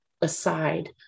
aside